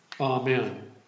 Amen